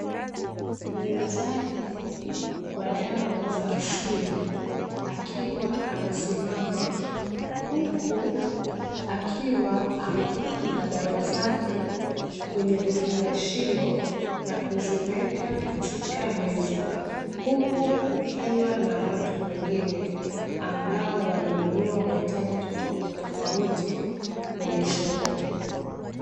Muuzaji wa dawa za asili akiwa amesimama huku akiwa amepanga dawa zake kwenye vifungashio na kuziweka katika meza. Huku kukiwa na watu wengine ambao wananunua mahitaji tofauti tofauti kwenye soko.